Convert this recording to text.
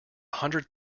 hundred